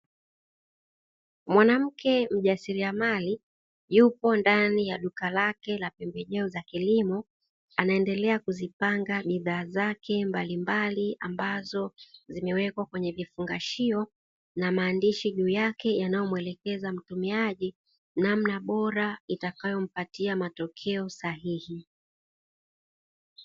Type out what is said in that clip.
Mwanamke mjasiriamali, yupo ndani ya duka lake la pembejeo za kilimo, anaendelea kuzipanga bidhaa zake mbalimbali ambazo zimewekwa kwenye vifungashio, na maandishi juu yake yanayo muelekeza mtumiaji namna bora itakayompatia matokeo sahihi.